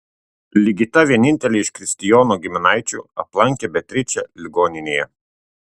ligita vienintelė iš kristijono giminaičių aplankė beatričę ligoninėje